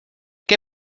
que